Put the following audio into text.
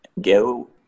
Go